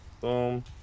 Boom